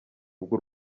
bw’u